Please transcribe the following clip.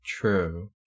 True